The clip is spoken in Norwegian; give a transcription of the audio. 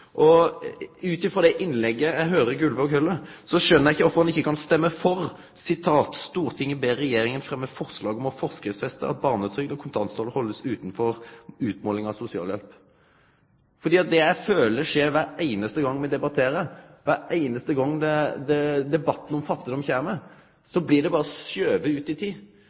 forslag. Ut frå det innlegget Gullvåg heldt no, skjøner eg ikkje korfor han ikkje kan stemme for: «Stortinget ber regjeringen fremme forslag om å forskriftsfeste at barnetrygd og kontantstøtte holdes utenfor utmålingen av sosialhjelp.» Det eg føler kvar einaste gong me debatterer det, kvar einaste gong debatten om fattigdomen kjem, er at det berre blir skove ut i tid.